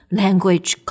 language